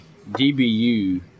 DBU